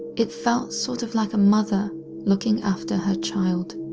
it felt sort of like a mother looking after her child.